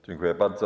Dziękuję bardzo.